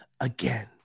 again